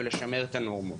ולשמר את הנורמות.